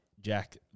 Jack